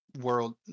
world